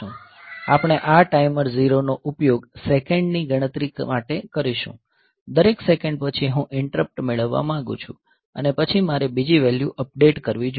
આપણે આ ટાઈમર 0 નો ઉપયોગ સેકન્ડની ગણતરી માટે કરીશું દરેક સેકન્ડ પછી હું ઈંટરપ્ટ મેળવવા માંગુ છું અને પછી મારે બીજી વેલ્યૂ અપડેટ કરવી જોઈએ